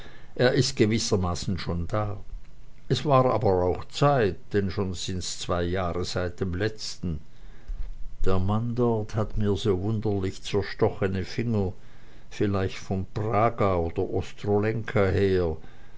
er ist gewissermaßen schon da es war aber auch zeit denn schon sind's zwei jahre seit dem letzten der mann dort hat mir so wunderlich zerstochene finger vielleicht von praga oder ostrolenka her